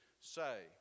say